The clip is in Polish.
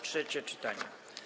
Trzecie czytanie.